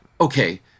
okay